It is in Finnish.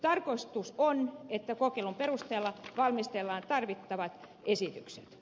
tarkoitus on että kokeilun perusteella valmistellaan tarvittavat esitykset